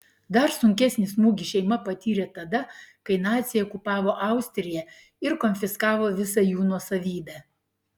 dar sunkesnį smūgį šeima patyrė tada kai naciai okupavo austriją ir konfiskavo visą jų nuosavybę